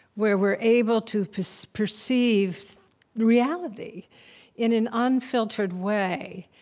where we're able to perceive perceive reality in an unfiltered way.